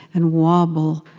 and wobble,